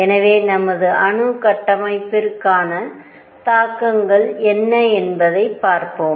எனவே நமது அணு கட்டமைப்பிற்கான தாக்கங்கள் என்ன என்பதைப் பார்ப்போம்